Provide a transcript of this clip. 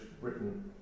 Britain